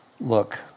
look